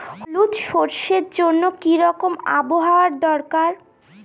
হলুদ সরষে জন্য কি রকম আবহাওয়ার দরকার?